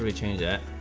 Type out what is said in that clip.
ah change that